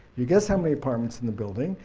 you guess how many apartments in the building,